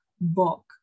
book